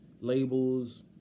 labels